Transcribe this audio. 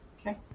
Okay